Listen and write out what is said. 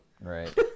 Right